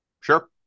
Sure